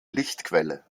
lichtquelle